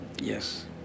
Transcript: Yes